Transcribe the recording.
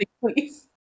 please